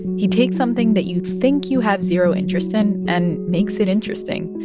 he takes something that you'd think you have zero interest in and makes it interesting.